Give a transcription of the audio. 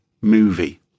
movie